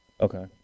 Okay